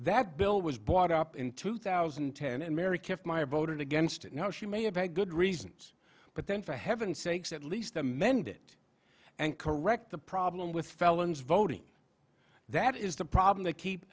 that bill was brought up in two thousand and ten and mary kept my voted against it now she may have had good reasons but then for heaven's sakes at least amend it and correct the problem with felons voting that is the problem they keep